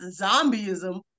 zombieism